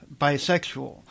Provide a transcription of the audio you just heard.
bisexual